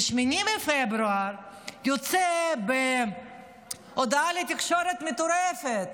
ב-8 בפברואר הוא יוצא בהודעה מטורפת לתקשורת: